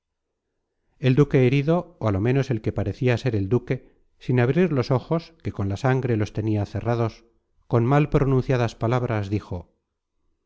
el duque herido ó á lo menos el que parecia ser el duque sin abrir los ojos que con la sangre los tenia cerrados con mal pronunciadas palabras dijo